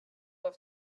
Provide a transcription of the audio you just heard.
have